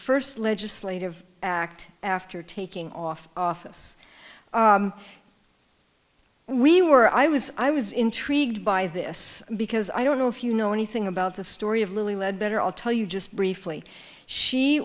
first legislative act after taking off office we were i was i was intrigued by this because i don't know if you know anything about the story of lilly ledbetter i'll tell you just briefly she